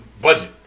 budget